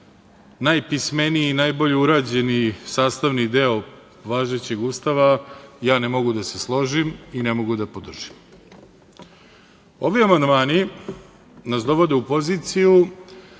najpismeniji i najbolje urađeni sastavni deo važećeg Ustava, ja ne mogu da se složim i ne mogu da podržim. Ovi amandmani nas dovode u poziciju